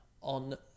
on